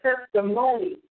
testimony